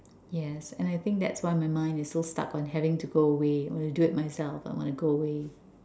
yes and I think that's why my mind is so stuck on having to go away I want to do it myself I want to go away